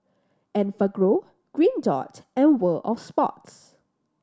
Enfagrow Green Dot and World Of Sports